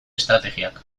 estrategiak